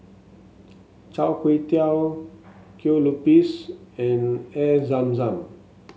Char Kway Teow Kue Lupis and Air Zam Zam